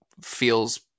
feels